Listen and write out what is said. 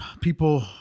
people